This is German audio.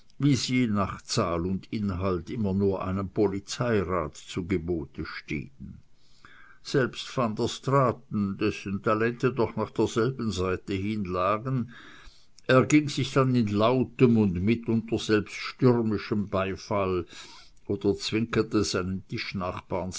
sie nach zahl und inhalt immer nur einem polizeirat zu gebote stehn selbst van der straaten dessen talente doch nach derselben seite hin lagen erging sich dann in lautem und mitunter selbst stürmischem beifall oder zwinkerte seinen